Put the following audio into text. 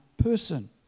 person